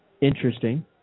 interesting